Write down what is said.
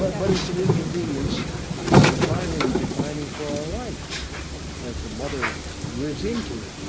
but but it's an inconvenience that finally is defining for our life as the mother lives into